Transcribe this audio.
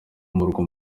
murwa